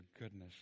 goodness